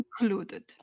Included